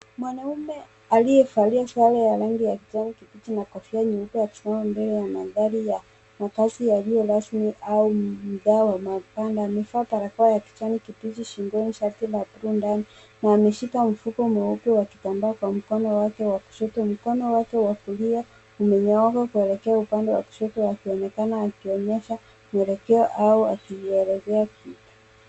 Mwanaume aliyevalia sare ya rangi ya kijani kibichi na kofia nyeupe akisimama mbele ya mandhari ya makazi yaliyo rasmi au mgao wa mabanda. Amevaa barakoa ya kijani kibichi shingoni ,shati la blue ndani na ameshika mfuko mweupe wa kitamba kwa mkono wake wa kushoto. Mkono wake wa kulia umenyooka kuelekea upande wa kushoto akionekana akionyesha mueleko au akielezea kitu.